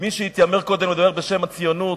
מי שהתיימר קודם לדבר בשם הציונות,